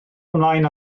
ymlaen